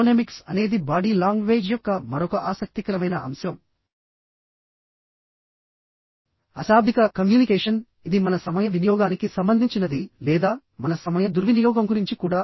chronemics అనేది body language యొక్క మరొక ఆసక్తికరమైన అంశం అశాబ్దిక కమ్యూనికేషన్ ఇది మన సమయ వినియోగానికి సంబంధించినది లేదా మన సమయ దుర్వినియోగం గురించి కూడా